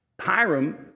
Hiram